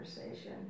conversation